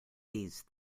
these